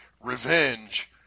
Revenge